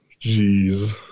Jeez